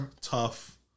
tough